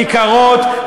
כיכרות,